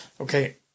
Okay